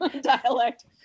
dialect